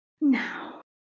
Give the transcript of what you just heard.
Now